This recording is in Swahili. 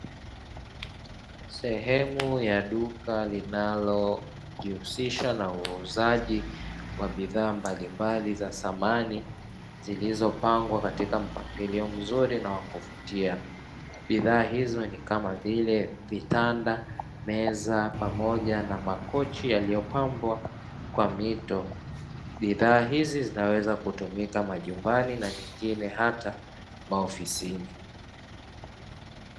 Sehemu ya duka linalojihusisha na uuzaji wa bidhaa mbalimbali za samani zilizopangwa katika mpangilio mzuri na wa kuvutia bidhaa hizo ni kama vile vitanda, meza, pamoja na makochi yaliyopambwa kwa mito bidhaa hizi zinaweza kutumika majumbani na nyingine hata maofisini.